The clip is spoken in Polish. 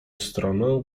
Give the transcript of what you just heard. stronę